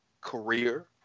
career